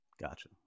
Gotcha